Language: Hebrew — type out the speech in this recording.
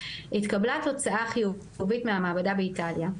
התקבלה תוצאה חיובית מהמעבדה באיטליה.